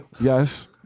Yes